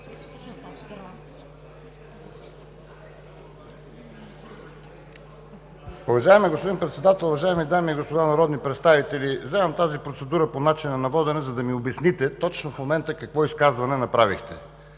Уважаеми господин Председател, уважаеми дами и господа народни представители! Вземам процедурата по начина на водене, за да ми обясните точно в момента какво изказване направихте